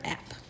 App